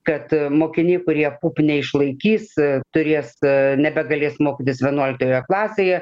kad mokiniai kurie pupų neišlaikys turės nebegalės mokytis vienuoliktoje klasėje